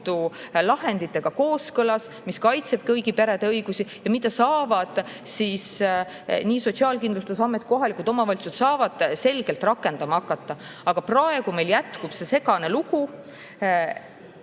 lahenditega kooskõlas, mis kaitseb kõigi perede õigusi ja mida saavad nii Sotsiaalkindlustusamet kui ka kohalikud omavalitsused selgelt rakendama hakata. Aga praegu meil jätkub see segane lugu